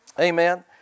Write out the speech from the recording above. Amen